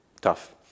tough